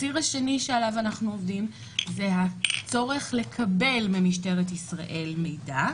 הציר השני שעליו אנחנו עובדים זה הצורך לקבל ממשטרת ישראל מידע.